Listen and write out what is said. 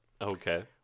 Okay